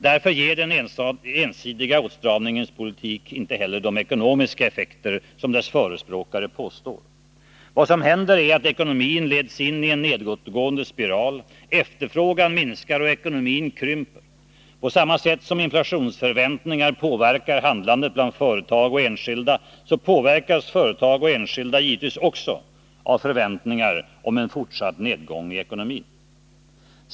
Därför ger den ensidiga åtstramningens politik inte heller de ekonomiska effekter som dess förespråkare påstår. Vad som händer är att ekonomin leds in i en nedåtgående spiral. Efterfrågan minskar och ekonomin krymper. På samma sätt som inflationsförväntningar påverkar handlandet bland företag och enskilda påverkas företag och enskilda givetvis också av förväntningar om en fortsatt nedgång i ekonomin.